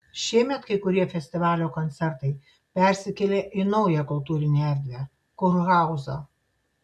šiemet kai kurie festivalio koncertai persikėlė į naują kultūrinę erdvę kurhauzą